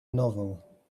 novel